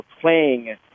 playing